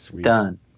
done